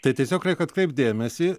tai tiesiog reik atkreipt dėmesį